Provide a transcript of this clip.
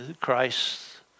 Christ